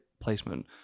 placement